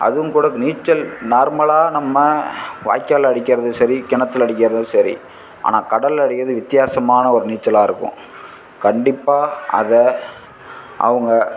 அதுவும் கூட நீச்சல் நார்மலாக நம்ம வாய்க்காலில் அடிக்கிறதும் சரி கிணத்துல அடிக்கிறதும் சரி ஆனால் கடலில் அடிக்கிறது வித்தியாசமான ஒரு நீச்சலாக இருக்கும் கண்டிப்பாக அத அவங்க